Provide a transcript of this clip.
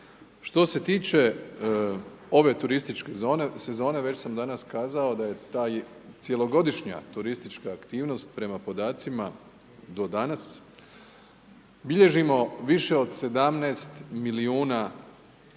Što se tiče ove turističke sezone, već sam danas kazao da je taj cjelogodišnja turistička aktivnost prema podacima, do danas, bilježimo više od 17 milijuna dolazaka